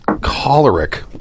choleric